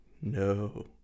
no